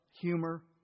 humor